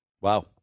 Wow